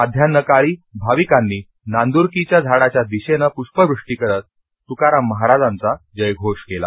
माध्यान्ह काळी भाविकांनी नांदुरकीच्या झाडाच्या दिशेनं पृष्प वृष्टी करत तुकाराममहाराजांचा जयघोष केला